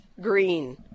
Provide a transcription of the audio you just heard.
green